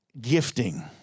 gifting